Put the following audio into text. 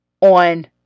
on